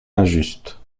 injuste